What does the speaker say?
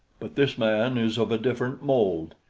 but this man is of a different mold.